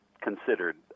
considered